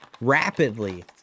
rapidly